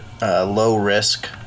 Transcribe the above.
low-risk